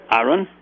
Aaron